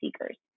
seekers